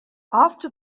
after